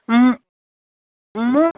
म